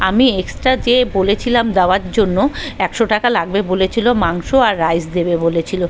আমি এক্সট্রা যে বলেছিলাম দেওয়ার জন্য একশো টাকা লাগবে বলেছিল মাংস আর রাইস দেবে বলেছিল